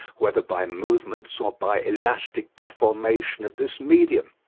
whether by movements or by elastic deformation of this medium.